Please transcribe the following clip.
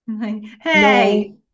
Hey